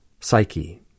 psyche